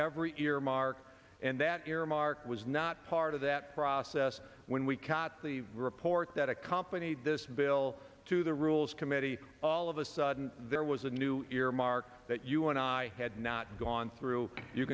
every earmark and that earmark was not part of that process when we caught the report that accompanied this bill to the rules committee all of a sudden there was a new earmark that you and i had not gone through you